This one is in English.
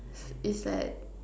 it's at